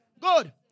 Good